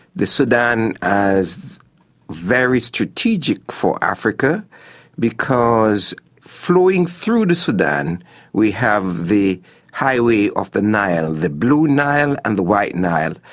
the sudan is very strategic for africa because flowing through the sudan we have the highway of the nile, the blue nile and the white nile,